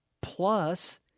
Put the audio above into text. plus